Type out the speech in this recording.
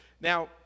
Now